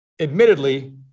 Admittedly